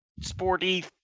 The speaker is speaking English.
sporty